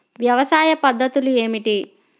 వ్యవసాయ పద్ధతులు ఏమిటి?